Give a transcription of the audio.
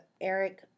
Eric